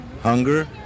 hunger